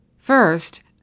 First